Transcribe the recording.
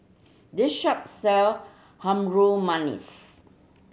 this shop sell Harum Manis